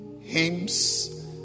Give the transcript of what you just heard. hymns